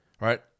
Right